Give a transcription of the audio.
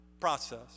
process